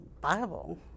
bible